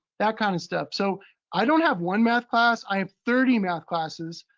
that kind of stuff. so i don't have one math class. i have thirty math classes,